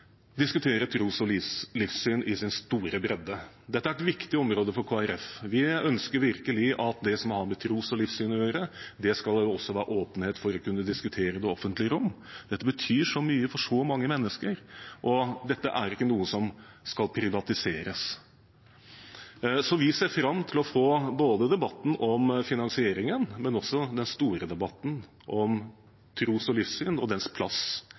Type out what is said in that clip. diskutere tro og livssyn i sin store bredde. Dette er et viktig område for Kristelig Folkeparti. Vi ønsker virkelig at det som har med tro og livssyn å gjøre, skal det også være åpenhet for å kunne diskutere i det offentlige rom. Dette betyr så mye for så mange mennesker, og det er ikke noe som skal privatiseres. Vi ser fram til å få både debatten om finansieringen og den store debatten om tro og livssyn og deres plass